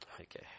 Okay